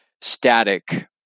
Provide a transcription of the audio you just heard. static